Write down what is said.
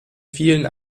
vielen